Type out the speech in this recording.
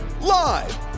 Live